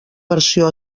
versió